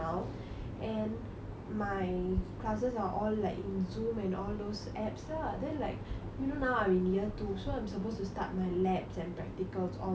and my classes are all like in zoom and all those apps lah then like you know now I'm in year two so I'm supposed to start my labs and practicals all now so sad